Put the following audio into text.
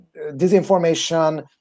disinformation